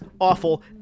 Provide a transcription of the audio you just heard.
Awful